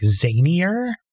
zanier